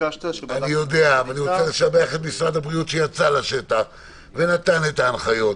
אני רוצה לשבח את משרד הבריאות שיצא לשטח ונתן את ההנחיות.